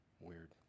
Weird